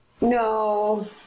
No